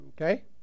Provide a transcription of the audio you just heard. Okay